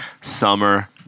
summer